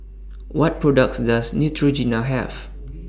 What products Does Neutrogena Have